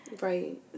Right